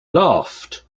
laughed